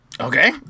Okay